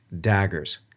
Daggers